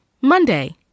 Monday